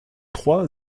trois